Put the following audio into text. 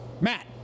Matt